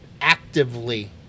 actively